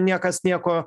niekas nieko